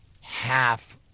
Half